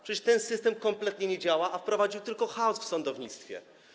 Przecież ten system kompletnie nie działa, a wprowadził tylko chaos w sądownictwie.